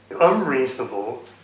unreasonable